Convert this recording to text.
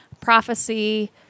prophecy